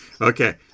Okay